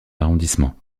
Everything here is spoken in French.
arrondissement